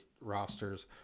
rosters